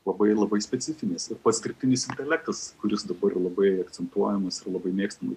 labai labai specifinis ir pats dirbtinis intelektas kuris dabar labai akcentuojamas ir labai mėgstam